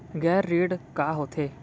गैर ऋण का होथे?